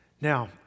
Now